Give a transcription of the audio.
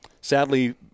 Sadly